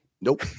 nope